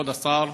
כבוד השר,